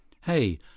Hey